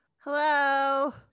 Hello